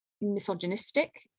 misogynistic